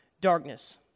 darkness